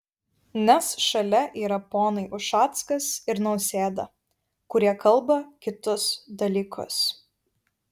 nes šalia yra ponai ušackas ir nausėda kurie kalba kitus dalykus